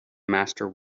master